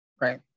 Right